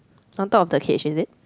on top of the cage is it